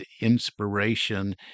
inspiration